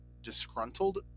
disgruntled